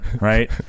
right